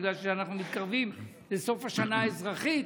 בגלל שאנחנו מתקרבים לסוף השנה האזרחית,